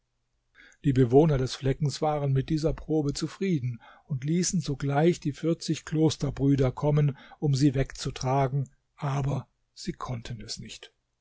die bewohner des fleckens waren mit dieser probe zufrieden und ließen sogleich die vierzig klosterbrüder kommen um sie wegzutragen aber sie konnten es nicht